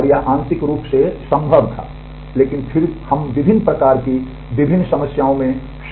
और यह आंशिक रूप से संभव था लेकिन फिर हम विभिन्न प्रकार की विभिन्न समस्याओं में शामिल हो रहे हैं